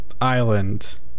island